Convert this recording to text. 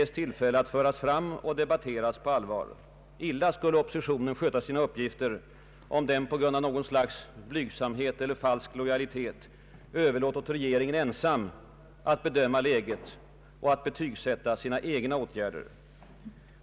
den ekonomiska politiken, m.m. få föras fram och debatteras på allvar. INla skulle oppositionen sköta sina uppgifter, om den på grund av något slags blygsamhet eller falsk solidaritet överlät åt regeringen ensam att bedöma läget och att betygssätta sina egna åtgärder.